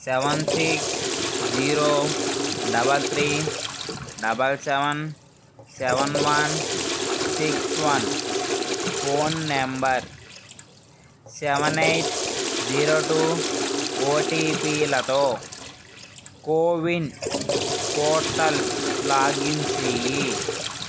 seven six zero double three double seven seven one six one phone number seven eight zero two ఓటీపీలతో CoWIN portal login చేయి